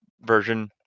version